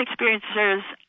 experiences